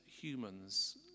humans